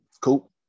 Cool